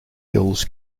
hills